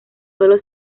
solo